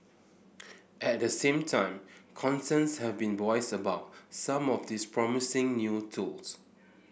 at the same time concerns have been voiced about some of these promising new tools